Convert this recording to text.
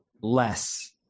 less